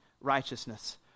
righteousness